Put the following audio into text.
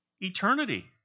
eternity